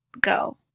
go